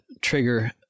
trigger